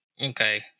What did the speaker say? Okay